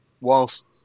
whilst